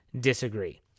disagree